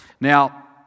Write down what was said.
Now